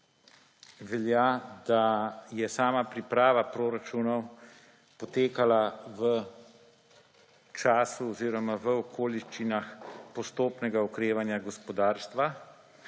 velja, da je sama priprava proračunov potekala v času oziroma v okoliščinah postopnega okrevanja gospodarstva